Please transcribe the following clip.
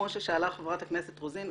כמו ששאלה חברת הכנסת רוזין,